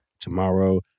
tomorrow